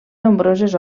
nombroses